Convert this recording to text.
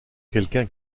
quelqu’un